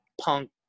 punk